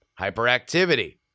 hyperactivity